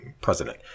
president